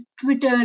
Twitter